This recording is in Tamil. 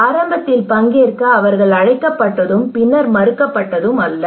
ஆரம்பத்தில் பங்கேற்க அவர்கள் அழைக்கப்பட்டதும் பின்னர் மறக்கப்பட்டதும் அல்ல